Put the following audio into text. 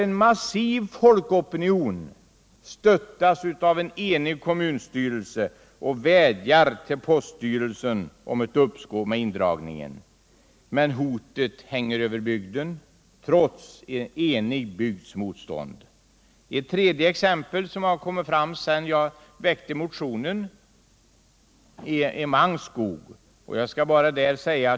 En massiv folkopinion stöttas av en enig kommunstyrelse och vädjar till poststyrelsen om uppskov med indragningen. Men hotet hänger trots detta kvar över bygden. Ett tredje exempel som har kommit fram sedan jag framställde interpellationen är Mangskog.